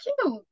cute